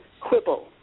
quibble